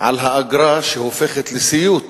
על האגרה, שהופכת לסיוט